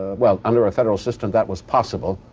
well, under a federal system, that was possible.